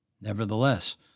Nevertheless